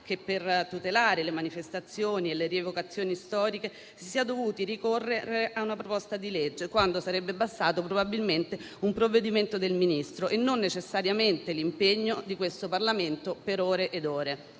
che, per tutelare le manifestazioni e le rievocazioni storiche, si sia dovuti ricorrere a una proposta di legge, quando sarebbe bastato probabilmente un provvedimento del Ministro, e non necessariamente l'impegno di questo Parlamento per ore ed ore.